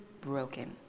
broken